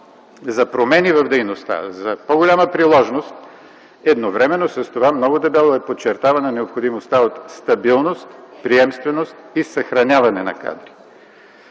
за промени в дейността, за по-голяма приложност, едновременно с това много дебело е подчертавана необходимостта от стабилност, приемственост и съхраняване на кадрите.